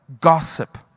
Gossip